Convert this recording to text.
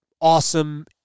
awesome